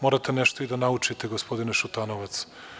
Morate nešto i da naučite gospodine Šutanovac.